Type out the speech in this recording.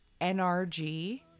NRG